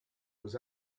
was